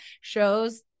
shows